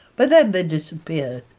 but then they disappeared